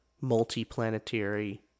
multi-planetary